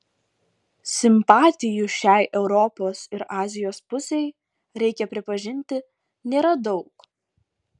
simpatijų šiai europos ir azijos pusei reikia pripažinti nėra daug